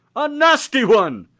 a nasty one!